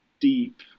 deep